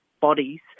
bodies